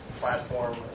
platform